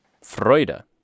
Freude